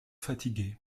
fatigué